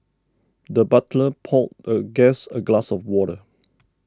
the butler poured a guest a glass of water